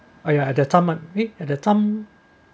oh ya ya at the time at the time